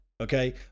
okay